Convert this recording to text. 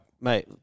mate